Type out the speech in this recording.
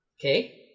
Okay